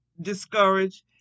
discouraged